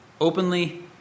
openly